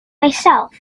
myself